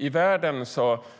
I världen